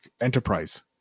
enterprise